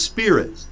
Spirit